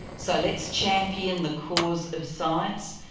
so let's champion the cause of science,